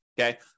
okay